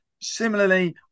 Similarly